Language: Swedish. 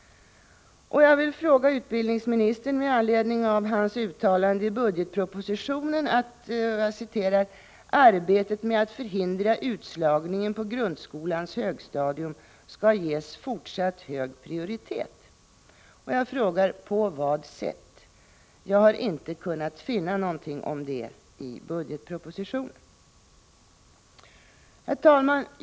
Jag vill, med anledning av utbildningsministerns uttalande i budgetpropositionen om att arbetet med att förhindra utslagningen på grundskolans högstadium skall ges fortsatt hög prioritet, fråga utbildningsministern: På vad sätt? Jag har inte kunnat finna någonting om det i budgetpropositionen. Herr talman!